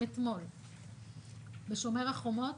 בשומר החומות